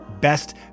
best